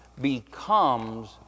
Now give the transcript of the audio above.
becomes